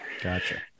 gotcha